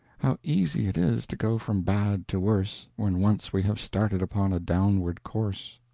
how easy it is to go from bad to worse, when once we have started upon a downward course!